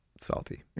salty